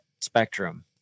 spectrum